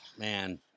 Man